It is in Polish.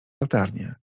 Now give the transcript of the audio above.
latarnię